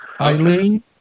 Eileen